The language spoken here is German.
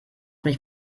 mich